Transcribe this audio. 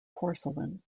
porcelain